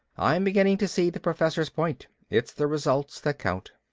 i'm beginning to see the professor's point, it's the result that counts.